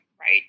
right